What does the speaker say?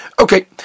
Okay